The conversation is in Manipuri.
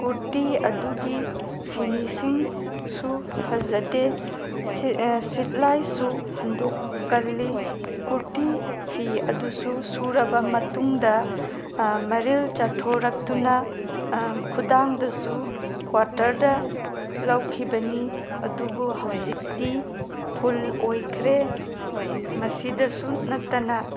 ꯀꯨꯔꯇꯤ ꯑꯗꯨꯒꯤ ꯐꯤꯅꯤꯁꯤꯡꯁꯨ ꯐꯖꯗꯦ ꯁꯤꯂꯥꯏꯁꯨ ꯍꯟꯗꯣꯛꯀꯜꯂꯤ ꯀꯨꯔꯇꯤ ꯐꯤ ꯑꯗꯨꯁꯨ ꯁꯨꯔꯕ ꯃꯇꯨꯡꯗ ꯃꯔꯤꯜ ꯆꯠꯊꯣꯔꯛꯇꯨꯅ ꯈꯨꯗꯥꯡꯗꯨꯁꯨ ꯀ꯭ꯋꯥꯔꯇ꯭ꯔꯗ ꯂꯧꯈꯤꯕꯅꯤ ꯑꯗꯨꯕꯨ ꯍꯧꯖꯤꯛꯇꯤ ꯐꯨꯜ ꯑꯣꯏꯈꯔꯦ ꯃꯁꯤꯗꯁꯨ ꯅꯠꯇꯅ